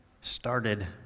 started